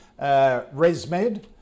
ResMed